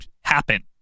happen